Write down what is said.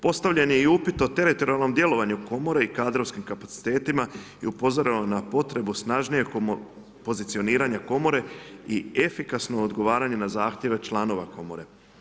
Postavljen je i upit o teritorijalnom djelovanju komore i kadrovskim kapacitetima i upozoreno je na potrebu snažnijeg pozicioniranju komore i efikasno odgovaranje na zahtjeve članove komore.